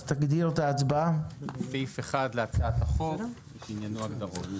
מצביעים על סעיף 1 להצעת החוק שעניינו הגדרות.